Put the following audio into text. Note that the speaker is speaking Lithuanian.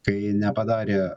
kai nepadarė